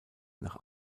nach